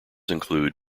include